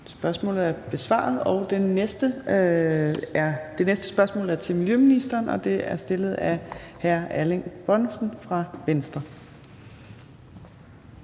Anni Matthiesen. Det næste spørgsmål er til miljøministeren, og det er stillet af hr. Erling Bonnesen fra Venstre.